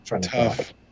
tough